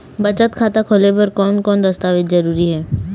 बचत खाता खोले बर कोन कोन दस्तावेज जरूरी हे?